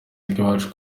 akiwacu